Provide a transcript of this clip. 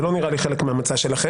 זה לא נראה לי חלק מהמצע שלכם.